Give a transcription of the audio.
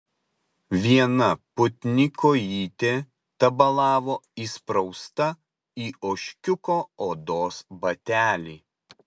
viena putni kojytė tabalavo įsprausta į ožkiuko odos batelį